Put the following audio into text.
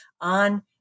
on